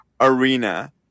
arena